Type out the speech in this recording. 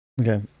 Okay